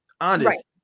Honest